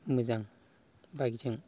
मोजां बाइकजों